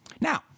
Now